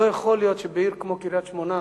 לא יכול להיות שבעיר כמו קריית-שמונה,